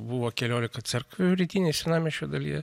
buvo keliolika cerkvių rytinėje senamiesčio dalyje